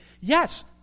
Yes